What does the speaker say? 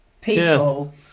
people